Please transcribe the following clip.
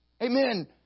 Amen